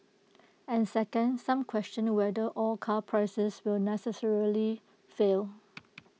and second some question whether all car prices will necessarily fail